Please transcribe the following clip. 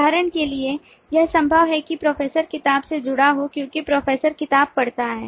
उदाहरण के लिए यह संभव है कि प्रोफेसर किताब से जुड़ा हो क्योंकि प्रोफेसर किताब पढ़ता है